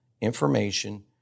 information